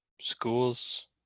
Schools